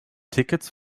tickets